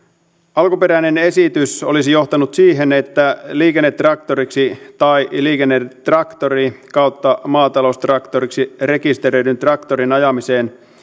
alkuperäinen esitys olisi johtanut siihen että liikennetraktoriksi tai liikennetraktoriksi kautta maataloustraktoriksi rekisteröidyn traktorin ajamiseen